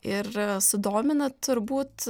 ir sudomina turbūt